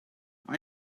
are